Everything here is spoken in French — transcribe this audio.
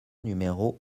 numéro